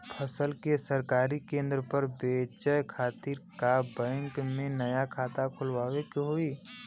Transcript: फसल के सरकारी केंद्र पर बेचय खातिर का बैंक में नया खाता खोलवावे के होई?